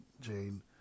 Jane